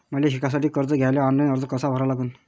मले शिकासाठी कर्ज घ्याले ऑनलाईन अर्ज कसा भरा लागन?